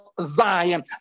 Zion